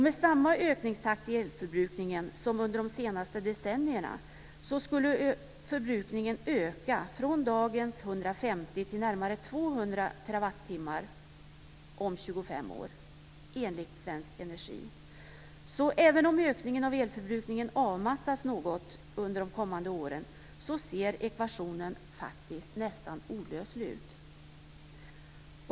Med samma ökningstakt i elförbrukningen som under de senaste decennierna skulle, enligt Svensk Energi, förbrukningen öka från dagens 150 till närmare 200 terawattimmar om 25 år. Även om ökningen av elförbrukningen avmattas något under de kommande åren ser ekvationen faktiskt nästan olöslig ut.